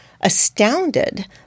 astounded